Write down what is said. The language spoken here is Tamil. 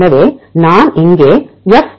எனவே நான் இங்கே எஃப்